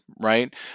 right